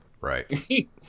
Right